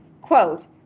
quote